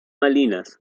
malinas